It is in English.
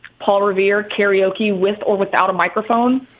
paul revere karaoke with or without a microphone.